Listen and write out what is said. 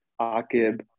akib